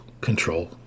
control